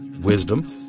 wisdom